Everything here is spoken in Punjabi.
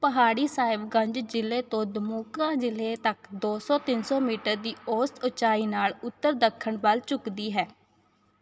ਪਹਾੜੀ ਸਾਹਿਬਗੰਜ ਜ਼ਿਲ੍ਹੇ ਤੋਂ ਦਮੂਕਾ ਜ਼ਿਲ੍ਹੇ ਤੱਕ ਦੋ ਸੌ ਤਿੰਨ ਸੌ ਮੀਟਰ ਦੀ ਔਸਤ ਉਚਾਈ ਨਾਲ ਉੱਤਰ ਦੱਖਣ ਵੱਲ ਝੁੱਕਦੀ ਹੈ